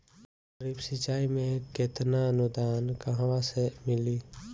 Drip सिंचाई मे केतना अनुदान कहवा से मिली?